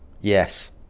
yes